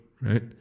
right